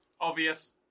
Obvious